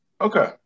Okay